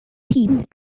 teeth